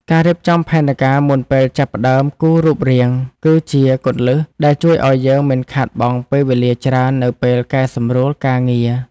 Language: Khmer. ការរៀបចំផែនការមុនពេលចាប់ផ្តើមគូររូបរាងគឺជាគន្លឹះដែលជួយឱ្យយើងមិនខាតបង់ពេលវេលាច្រើននៅពេលកែសម្រួលការងារ។